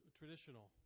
traditional